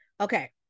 Okay